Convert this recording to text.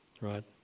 right